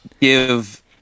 give